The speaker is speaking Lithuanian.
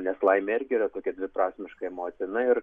nes laimė irgi yra tokia dviprasmiška emocija na ir